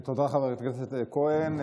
תודה, חברת הכנסת כהן.